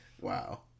Wow